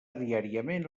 diàriament